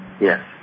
Yes